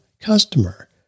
customer